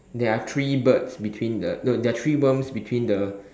there are three birds between the no there are three worms between the